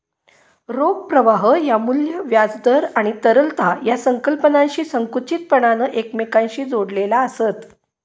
रोख प्रवाह ह्या मू्ल्य, व्याज दर आणि तरलता या संकल्पनांशी संकुचितपणान एकमेकांशी जोडलेला आसत